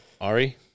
Ari